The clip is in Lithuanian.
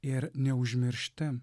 ir neužmiršti